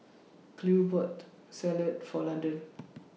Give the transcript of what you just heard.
Cleo bought Salad For Landon